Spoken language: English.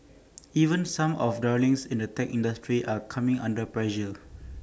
even some of the darlings in the tech industry are coming under pressure